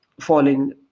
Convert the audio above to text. falling